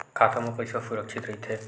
खाता मा पईसा सुरक्षित राइथे?